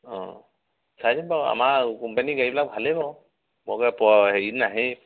অঁ চাই দিম বাৰু আমাৰ কোম্পানীৰ গাড়ীবিলাক ভালেই বাৰু বৰকে হেৰি নাহেই